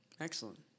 Excellent